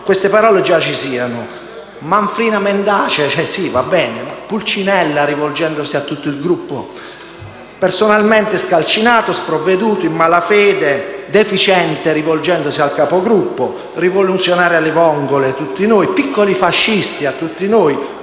queste parole già ci siano. «Manfrina mendace», sì va bene; «Pulcinella», rivolgendosi a tutto il Gruppo; a me personalmente «scalcinato», «sprovveduto», in «malafede» e «deficiente», rivolgendosi al Capogruppo; «rivoluzionari alle vongole» e «piccoli fascisti» a tutti noi;